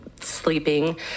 sleeping